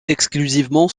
exclusivement